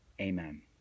Amen